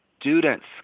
students